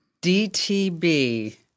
D-T-B